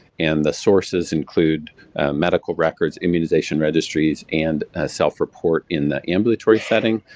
and the sources include medical records, immunization registries, and self-report in the ambulatory setting,